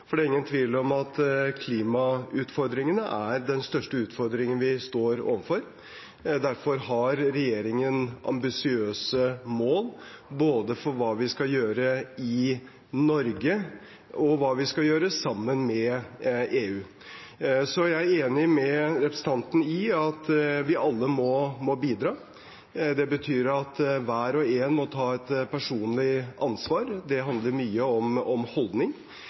for det er ingen tvil om at klimautfordringen er den største utfordringen vi står overfor. Derfor har regjeringen ambisiøse mål både for hva vi skal gjøre i Norge, og hva vi skal gjøre sammen med EU. Jeg er enig med representanten i at vi alle må bidra. Det betyr at hver og en må ta et personlig ansvar. Det handler mye om holdning.